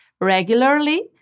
regularly